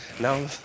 now